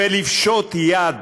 לפשוט יד.